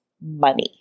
money